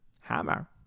Hammer